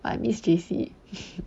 but I miss J_C